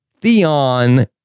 Theon